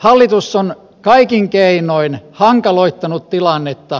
hallitus on kaikin keinoin hankaloittanut tilannetta